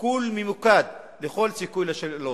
סיכול ממוקד של כל סיכוי לשלום,